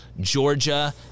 Georgia